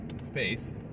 space